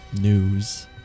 news